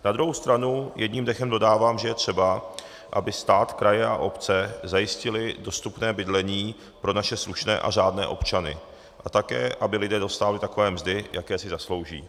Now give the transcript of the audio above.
Na druhou stranu jedním dechem dodávám, že je třeba, aby stát, kraje a obce zajistily dostupné bydlení pro naše slušné a řádné občany a také aby lidé dostávali takové mzdy, jaké si zaslouží.